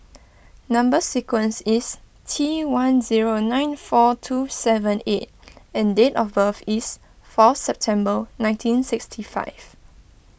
Number Sequence is T one zero nine four two seven eight D and date of birth is four September nineteen sixty five